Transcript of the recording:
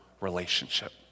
relationship